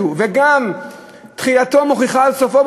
וגם תחילתו מוכיחה את סופו,